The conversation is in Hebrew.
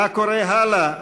מה קורה הלאה?